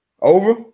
Over